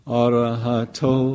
arahato